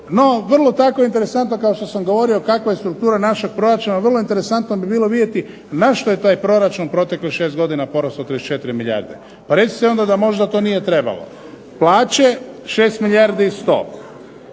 No vrlo tako interesantno kao što sam govorio kakva je struktura našeg proračuna vrlo interesantno bi bilo vidjeti na što je taj proračun u proteklih 6 godina porastao 34 milijarde. Pa recite onda da možda to nije trebalo. Plaće 6 milijardi i 100,